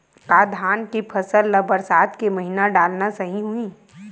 का धान के फसल ल बरसात के महिना डालना सही होही?